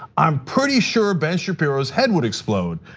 i'm pretty sure ben shapiro's head would explode.